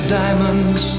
diamonds